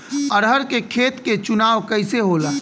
अरहर के खेत के चुनाव कइसे होला?